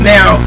Now